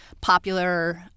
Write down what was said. popular